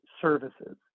services